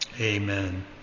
Amen